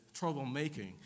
troublemaking